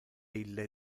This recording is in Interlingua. ille